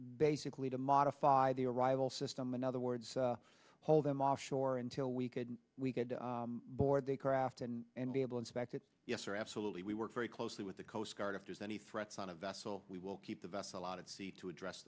basically to modify the arrival system in other words hold them off shore until we could we could board the craft and and be able inspect it yes sir absolutely we work very closely with the coast guard if there's any threats on a vessel we will keep the vessel lot of sea to address